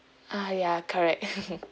ah ya correct